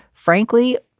frankly,